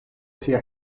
sia